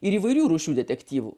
ir įvairių rūšių detektyvų